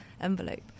envelope